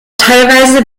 teilweise